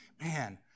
man